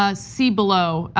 ah see below.